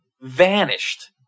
Vanished